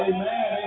Amen